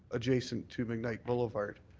adjacent to mcknight boulevard.